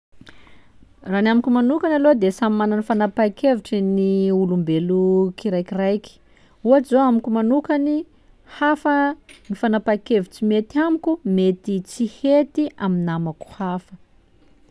Raha ny amiko manokany aloha de samy manana ny fanapahan-kevitriny ny olombelo kiraikiraiky, ohats'izao amiko manokany: hafa ny fanapahan-kevitsy mety amiko, mety tsy hety amy namako hafa.